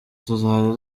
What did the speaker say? tuzajya